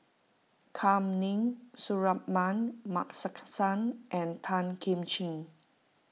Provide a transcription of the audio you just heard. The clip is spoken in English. Kam Ning Suratman Markasan and Tan Kim Ching